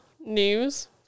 news